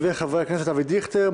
וחבר הכנסת אבי דיכטר,